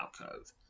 alcove